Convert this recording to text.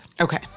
Okay